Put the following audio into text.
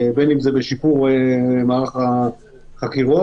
בין אם זה בשיפור מערך החקירות,